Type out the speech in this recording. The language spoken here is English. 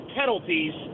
penalties –